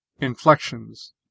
Inflections